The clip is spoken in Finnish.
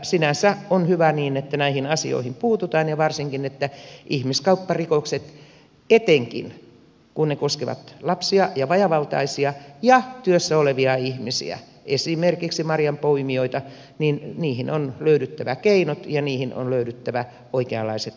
sinänsä on hyvä että näihin asioihin puututaan ja varsinkin ihmiskaupparikoksiin etenkin kun ne koskevat lapsia ja vajaavaltaisia ja työssä olevia ihmisiä esimerkiksi marjanpoimijoita on löydyttävä keinot ja oikeanlaiset rangaistukset